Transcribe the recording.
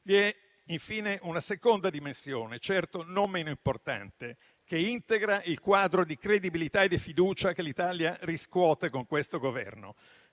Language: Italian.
Vi è infine una seconda dimensione, certo non meno importante, che integra il quadro di credibilità e di fiducia che l'Italia riscuote con questo Governo: